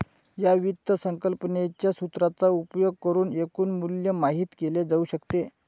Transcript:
या वित्त संकल्पनेच्या सूत्राचा उपयोग करुन एकूण मूल्य माहित केले जाऊ शकते